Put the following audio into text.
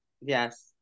Yes